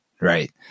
right